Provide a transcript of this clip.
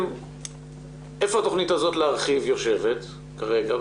איפה התכנית הזאת להרחיב יושבת כרגע,